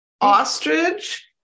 ostrich